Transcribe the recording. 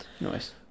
nice